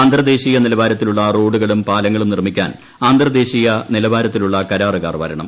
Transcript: അന്തർദേശീയ നിലവാരത്തിലുള്ള റോഡുകളും പാല ങ്ങളും നിർമ്മിക്കാൻ അന്തർദേശീയ നിലവാരത്തിലുള്ള കരാ റുകാർ വരണം